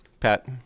Pat